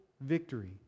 victory